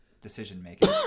decision-making